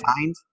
find